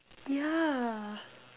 yeah